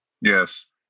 Yes